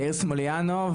יאיר שמוליאנוב,